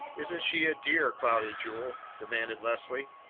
isn't she a dear, cloudy jewel? demanded leslie.